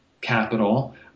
capital